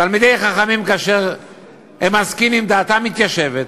תלמידי חכמים כאשר הם מזקינים דעתם מתיישבת,